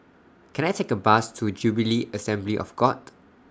Can I Take A Bus to Jubilee Assembly of God